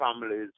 families